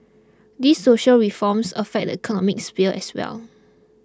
these social reforms affect the economic sphere as well